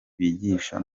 bigisha